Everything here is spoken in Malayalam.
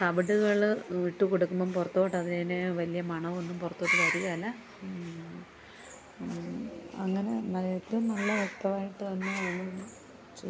തവിടുകൾ ഇട്ട് കൊടുക്കുമ്പം പുറത്തോട്ടതിന് വലിയ മണമൊന്നും പുറത്തോട്ട് വരുകേല അങ്ങനെ ഏറ്റവും നല്ല വ്യക്തമായിട്ട് തന്നെ അത് ചെയ്യൂ